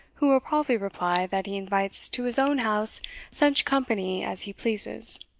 who will probably reply, that he invites to his own house such company as he pleases